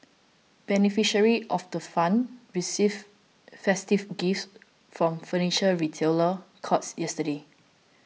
beneficiaries of the fund received festive gifts from Furniture Retailer Courts yesterday